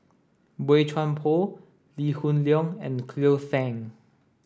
Boey Chuan Poh Lee Hoon Leong and Cleo Thang